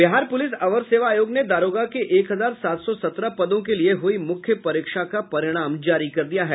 Bihar police अवर सेवा आयोग ने दारोगा के एक हजार सात सौ सत्रह पदों के लिए हुई मुख्य परीक्षा का परिमाण जारी कर दिया है